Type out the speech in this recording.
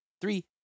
Three